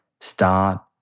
start